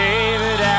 David